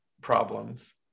problems